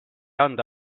anda